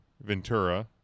ventura